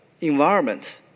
environment